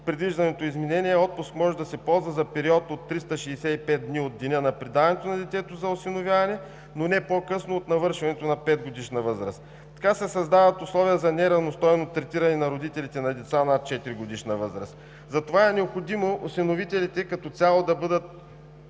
предвижданото изменение отпуск може да се ползва за период от 365 дни от деня на предаването на детето за осиновяване, но не по-късно от навършването на 5-годишна възраст. Така се създават условия за неравностойно третиране на родителите на деца над 4-годишна възраст, затова е необходимо за осиновителите като цяло да се